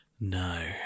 No